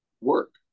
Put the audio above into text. work